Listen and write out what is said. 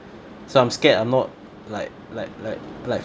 so I'm scared I'm not like like like like